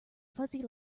fuzzy